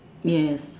yes